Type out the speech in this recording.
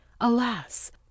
Alas